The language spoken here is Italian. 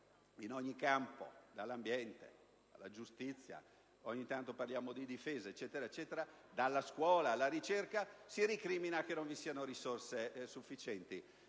in ogni campo, dall'ambiente alla giustizia - ogni tanto parliamo di difesa - alla scuola e alla ricerca. Si recrimina che non vi siano risorse sufficienti.